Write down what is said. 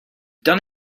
done